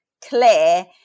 clear